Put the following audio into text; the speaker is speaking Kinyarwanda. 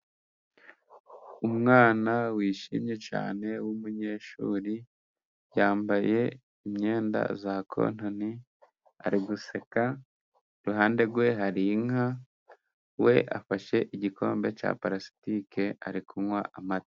Umwana wishimye cyane w'umunyeshuri, yambaye imyenda ya kotoni, ari guseka ,iruhande rwe hari inka ,we afashe igikombe cya palasitike ,ari kunywa amata.